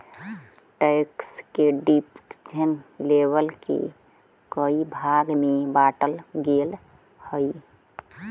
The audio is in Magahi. टैक्स के डिस्क्रिप्टिव लेबल के कई भाग में बांटल गेल हई